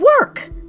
work